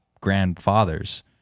grandfathers